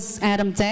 Adam